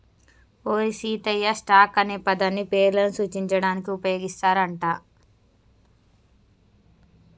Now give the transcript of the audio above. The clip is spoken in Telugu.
ఓరి సీతయ్య, స్టాక్ అనే పదాన్ని పేర్లను సూచించడానికి ఉపయోగిస్తారు అంట